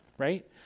right